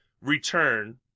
return